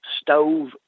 stove